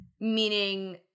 meaning